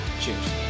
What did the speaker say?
Cheers